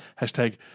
Hashtag